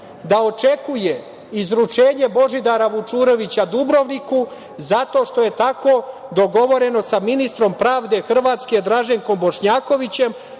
da očekuje izručenje Božidara Vučurevića Dubrovniku zato što je tako dogovoreno sa ministrom pravde Draženkom Bošnjakovićem